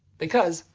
because,